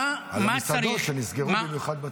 על המסעדות שנסגרו במיוחד בצפון.